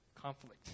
Conflict